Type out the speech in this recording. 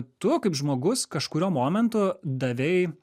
tu kaip žmogus kažkuriuo momentu davei